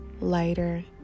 lighter